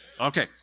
okay